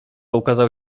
ukazał